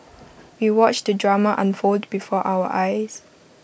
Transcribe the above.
we watched the drama unfold before our eyes